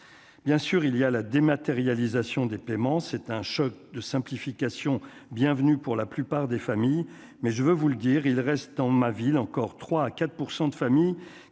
bien sûr, il y a la dématérialisation des paiements, c'est un choc de simplification bienvenue pour la plupart des familles, mais je veux vous le dire, il reste dans ma ville, encore 3 à 4 % de familles